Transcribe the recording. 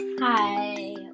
Hi